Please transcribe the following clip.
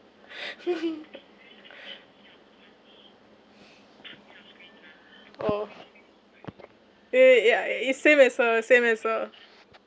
oh wait wait ya eh it's same as her same as her